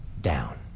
down